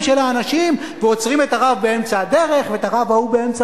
של האנשים ועוצרים את הרב באמצע הדרך ואת הרב ההוא באמצע,